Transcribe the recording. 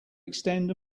extend